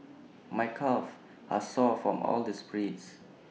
my calves are sore from all the sprints